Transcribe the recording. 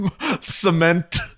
cement